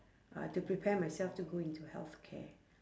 uh to prepare myself to go into healthcare